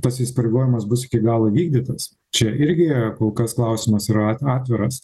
tas įsipareigojimas bus iki galo įvykdytas čia irgi kol kas klausimas yra a atviras